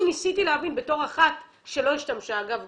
ניסיתי להבין בתור אחת שלא השתמשה אגב,